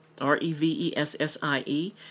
R-E-V-E-S-S-I-E